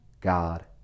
God